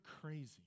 crazy